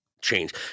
change